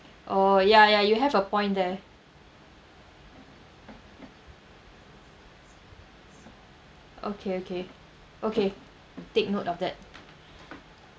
oh ya ya you have a point there okay okay okay take note of that